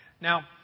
Now